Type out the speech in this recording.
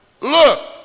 look